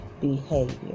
behavior